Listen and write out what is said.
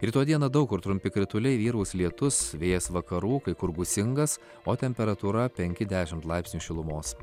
rytoj dieną daug kur trumpi krituliai vyraus lietus vėjas vakarų kai kur gūsingas o temperatūra penki dešimt laipsnių šilumos